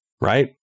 Right